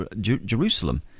Jerusalem